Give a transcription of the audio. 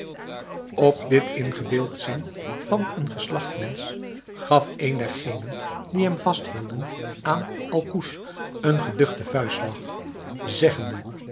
op dit ingebeeld zien van een geslagt mensch gaf een dergenen die hem vasthielden aan alcouz een geduchten vuistslag zeggende